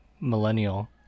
millennial